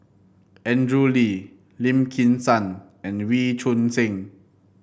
Andrew Lee Lim Kim San and Wee Choon Seng